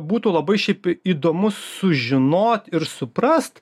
būtų labai šiaip įdomu sužinot ir suprast